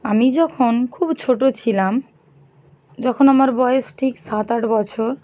আমি যখন খুব ছোটো ছিলাম যখন আমার বয়স ঠিক সাত আট বছর